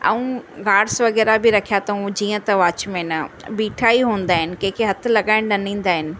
ऐं गाड्स वग़ैरह बि रखिया अथऊं जीअं त वाचमैन बीठा ई हूंदा आहिनि कंहिंखें हथ लॻाइण न ॾींदा आहिनि